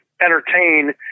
entertain